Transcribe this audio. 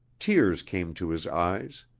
tears came to his eyes.